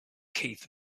keith